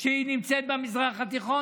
שנמצאת במזרח התיכון,